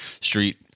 Street